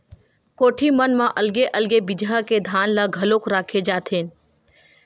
कोठी मन म अलगे अलगे बिजहा के धान ल घलोक राखे जाथेन